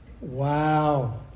Wow